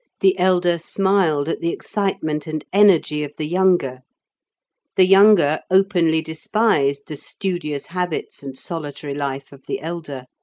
the elder smiled at the excitement and energy of the younger the younger openly despised the studious habits and solitary life of the elder.